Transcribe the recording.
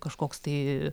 kažkoks tai